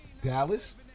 Dallas